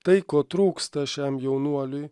tai ko trūksta šiam jaunuoliui